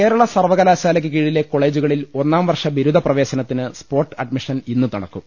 കേരള സർവകലാശാലയ്ക്കു കീഴിലെ കോളേജുകളിൽ ഒന്നാം വർഷ ബിരുദ പ്രവേശനത്തിന് സ്പോട്ട് അഡ്മിഷൻ ഇന്ന് നടക്കും